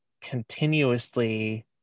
continuously